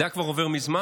זה היה עובר כבר מזמן,